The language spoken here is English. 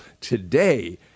today